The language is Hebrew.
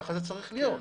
כך זה צריך להיות,